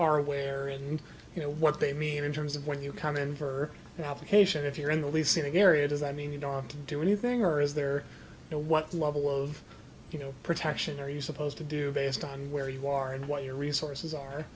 are aware and you know what they mean in terms of when you come in for application if you're in the we've seen a garret is i mean you don't do anything or is there a what level of you know protection are you supposed to do based on where you are and what your resources are